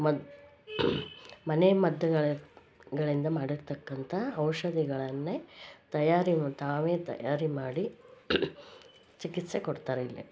ಮದ್ ಮನೆ ಮದ್ದುಗಳ ಗಳಿಂದ ಮಾಡಿರ್ತಕ್ಕಂಥ ಔಷಧಿಗಳನ್ನೇ ತಯಾರಿನೂ ತಾವೇ ತಯಾರಿ ಮಾಡಿ ಚಿಕಿತ್ಸೆ ಕೊಡ್ತಾರೆ ಇಲ್ಲಿ